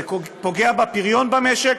זה פוגע בפריון במשק,